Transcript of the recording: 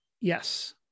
Yes